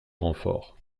renfort